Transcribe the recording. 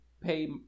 pay